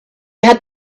had